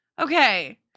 okay